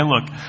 look